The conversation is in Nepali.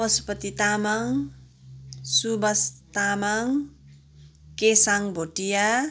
पशुपति तामाङ सुबास तामाङ केसाङ भोटिया